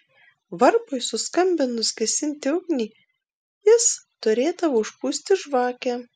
varpui suskambinus gesinti ugnį jis turėdavo užpūsti žvakę